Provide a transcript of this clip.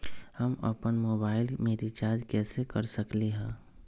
हम अपन मोबाइल में रिचार्ज कैसे कर सकली ह?